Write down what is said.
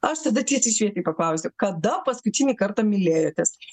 aš tada tiesiai šviesiai paklausiu kada paskutinį kartą mylėjotės